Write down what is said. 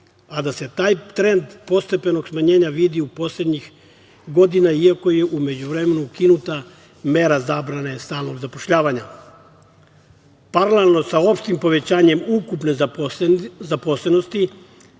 a da se taj trend postepenog smanjenja vidi poslednjih godina, iako je u međuvremenu ukinuta mera zabrane stalnog zapošljavanja. Paralelnom sa opštim povećanjem ukupne zaposlenosti,